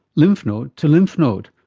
lymph node to lymph node.